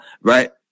right